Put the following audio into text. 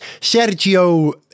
Sergio